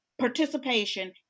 Participation